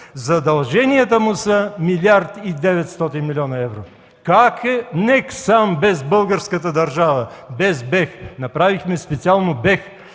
задълженията му са 1 млрд. 900 млн. евро. Как НЕК сам, без българската държава, без БЕХ?! Направихме специално БЕХ,